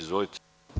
Izvolite.